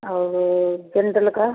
और डेंटल का